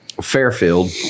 Fairfield